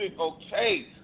Okay